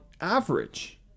average